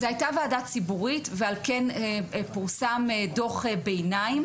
זו הייתה ועדה ציבורית ועל כן פורסם דוח ביניים,